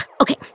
Okay